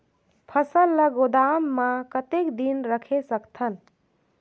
फसल ला गोदाम मां कतेक दिन रखे सकथन?